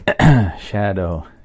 Shadow